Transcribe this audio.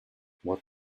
what